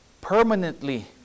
Permanently